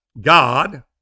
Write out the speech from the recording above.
God